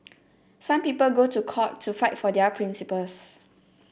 some people go to court to fight for their principles